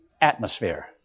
atmosphere